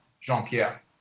Jean-Pierre